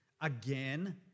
again